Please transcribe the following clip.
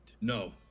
No